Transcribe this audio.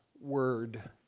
word